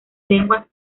lenguas